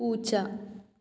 പൂച്ച